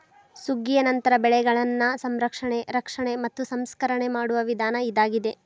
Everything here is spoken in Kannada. ಸುಗ್ಗಿಯ ನಂತರ ಬೆಳೆಗಳನ್ನಾ ಸಂರಕ್ಷಣೆ, ರಕ್ಷಣೆ ಮತ್ತ ಸಂಸ್ಕರಣೆ ಮಾಡುವ ವಿಧಾನ ಇದಾಗಿದೆ